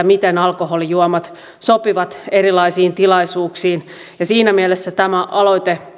miten alkoholijuomat sopivat erilaisiin tilaisuuksiin siinä mielessä tämä aloite